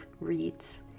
reads